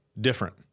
different